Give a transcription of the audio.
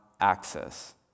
access